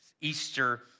Easter